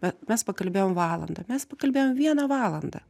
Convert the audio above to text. bet mes pakalbėjom valandą mes pakalbėjom vieną valandą